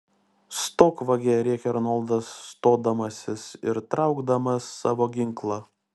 stok vagie rėkė arnoldas stodamasis ir traukdamas savo ginklą